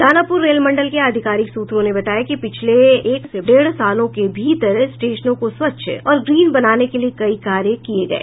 Danapur rail मंडल के आधिकारिक सूत्रों ने बताया कि पिछले एक से डेढ़ सालों के भीतर स्टेशनों को स्वच्छ और ग्रीन बनाने के लिए कई कार्य किये गये